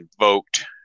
invoked